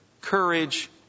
courage